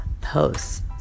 posts